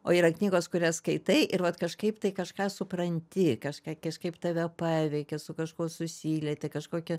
o yra knygos kurias skaitai ir vat kažkaip tai kažką supranti kažką kažkaip tave paveikia su kažkuo susilieti kažkokį